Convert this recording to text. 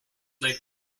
laid